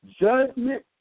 judgment